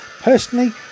Personally